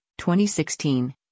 2016